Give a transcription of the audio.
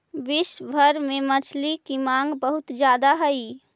विश्व भर में मछली की मांग बहुत ज्यादा हई